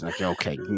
Okay